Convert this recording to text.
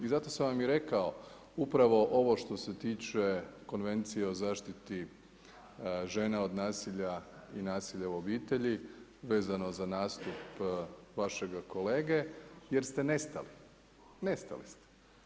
I zato sam vam i rekao, upravo ovo što se tiče Konvencije o zaštiti žena od nasilja i nasilja u obitelji vezano za nastup vašega kolege jer ste nestali, nestali ste.